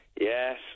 Yes